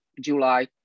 July